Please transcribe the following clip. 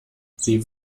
sie